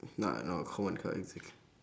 not Iike know common car expenses